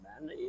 man